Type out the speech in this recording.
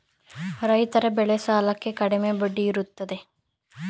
ರೈತರ ಬೆಳೆ ಸಾಲಕ್ಕೆ ಕಡಿಮೆ ಬಡ್ಡಿ ಇರುತ್ತದೆ